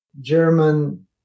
German